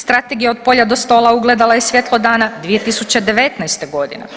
Strategija od polja do stola ugledala je svjetlo dana 2019. godine.